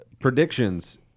predictions